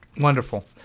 wonderful